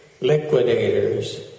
liquidators